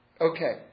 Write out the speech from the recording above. Okay